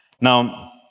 Now